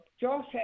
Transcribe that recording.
Josh